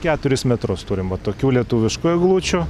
keturis metrus turim va tokių lietuviškų eglučių